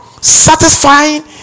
satisfying